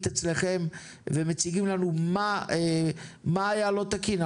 אצלכם ומציגים לנו מה היה לא תקין.